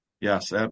Yes